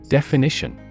Definition